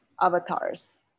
avatars